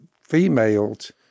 females